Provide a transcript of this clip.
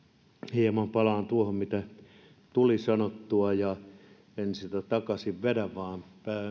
hieman palaan tuohon mitä tuli sanottua en sitä takaisin vedä vaan